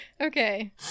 okay